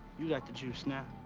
you got the juice now.